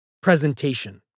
Presentation